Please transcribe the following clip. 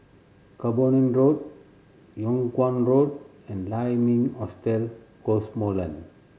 Camborne Road Yung Kuang Road and Lai Ming Hotel Cosmoland